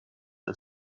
and